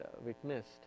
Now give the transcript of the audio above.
witnessed